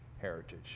heritage